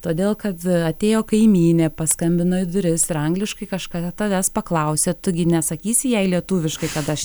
todėl kad atėjo kaimynė paskambino į duris ir angliškai kažkada tavęs paklausė tu gi nesakysi jai lietuviškai kad aš